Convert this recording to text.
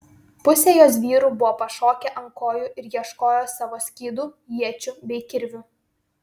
pusė jos vyrų buvo pašokę ant kojų ir ieškojo savo skydų iečių bei kirvių